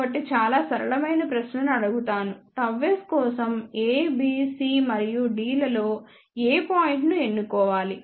కాబట్టి చాలా సరళమైన ప్రశ్నను అడుగుతానుΓS కోసం A B C మరియు D లలో ఏ పాయింట్ ను ఎన్నుకోవాలి